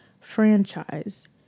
franchise